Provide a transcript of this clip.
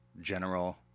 general